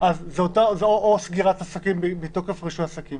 או סגירת עסקים מתוקף רישוי עסקים.